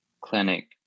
clinic